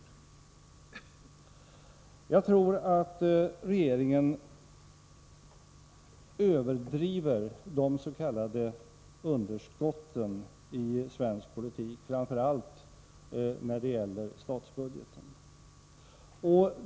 Jag tror att regeringen överdriver de s.k. underskotten i svensk ekonomi, framför allt när det gäller statsbudgeten.